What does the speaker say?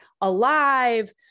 alive